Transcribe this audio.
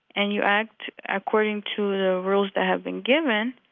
and you act according to the rules that have been given,